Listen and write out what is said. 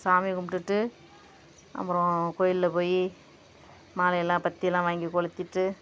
சாமி கும்பிடுட்டு அப்புறம் கோயிலில் போய் மாலையெல்லாம் பத்தியெல்லாம் வாங்கி கொளித்திவிட்டு